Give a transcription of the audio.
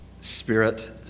spirit